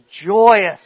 joyous